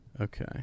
okay